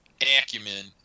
acumen